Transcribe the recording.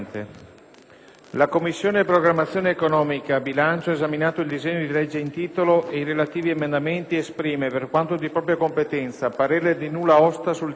«La Commissione programmazione economica, bilancio, esaminato il disegno di legge in titolo, ed i relativi emendamenti, esprime, per quanto di propria competenza, parete di nulla osta sul testo,